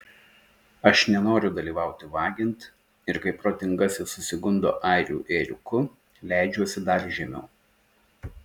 aš nenoriu dalyvauti vagiant ir kai protingasis susigundo airių ėriuku leidžiuosi dar žemiau